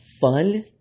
fun